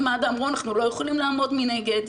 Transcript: מד"א אמרו 'אנחנו לא יכולים לעמוד מנגד,